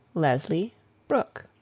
leslie brooke